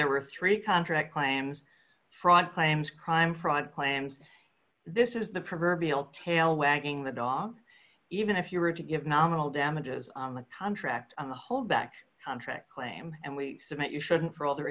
there were three contract claims fraud claims crime fraud claims this is the proverbial tail wagging the dog even if you were to give nominal damages on the contract on the whole back contract claim and we submit you shouldn't for all the